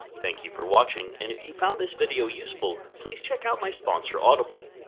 thank you for watching, and if you found this video useful, please check out my sponsor audible.